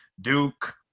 Duke